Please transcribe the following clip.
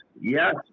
yes